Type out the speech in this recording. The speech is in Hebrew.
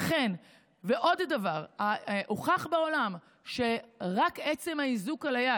ועוד דבר: הוכח בעולם שרק עצם האיזוק על היד,